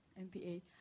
MPA